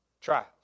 trials